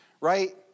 Right